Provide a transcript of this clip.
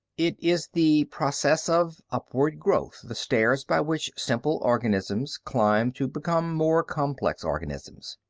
it is the process of upward growth, the stairs by which simple organisms climb to become more complex organisms.